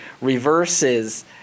reverses